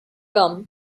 gum